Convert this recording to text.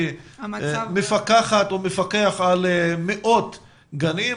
מפקח על מאות גנים,